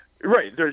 Right